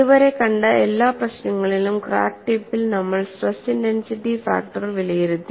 ഇതുവരെ കണ്ട എല്ലാ പ്രശ്നങ്ങളിലും ക്രാക്ക് ടിപ്പിൽ നമ്മൾ സ്ട്രെസ് ഇന്റെൻസിറ്റി ഫാക്ടർ വിലയിരുത്തി